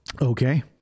Okay